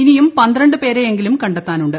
ഇനിയും പന്ത്രണ്ട് പേരെയെങ്കിലും കണ്ടെത്താനുണ്ട്